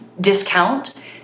discount